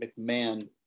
McMahon